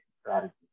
strategy